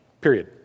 Period